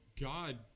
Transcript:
God